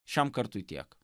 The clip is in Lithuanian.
šiam kartui tiek